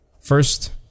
First